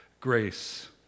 grace